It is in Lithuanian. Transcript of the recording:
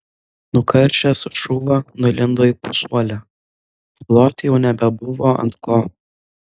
nukaršęs šuva nulindo į pasuolę loti jau nebebuvo ant ko